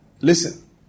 Listen